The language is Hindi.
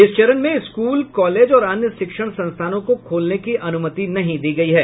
इस चरण में स्कूल कॉलेज और अन्य शिक्षण संस्थानों को खोलने की अनुमति नहीं दी गयी है